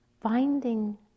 finding